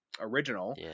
original